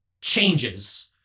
changes